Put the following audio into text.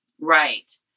right